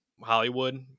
Hollywood